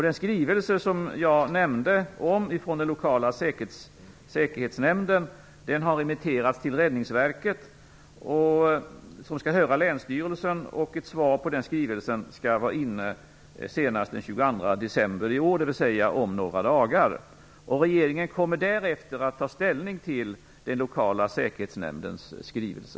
Den skrivelse från den lokala säkerhetsnämnden, som jag nämnde, har remitterats till Räddningsverket. Verket skall höra länsstyrelsen. Ett svar på denna skrivelse skall vara inne senast den 22 december i år, dvs. om några dagar. Regeringen kommer därefter att ta ställning till den lokala säkerhetsnämndens skrivelse.